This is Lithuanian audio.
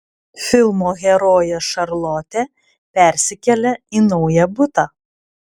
filmo herojė šarlotė persikelia į naują butą